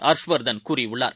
ஹர்ஷ்வர்தன் கூறியுள்ளார்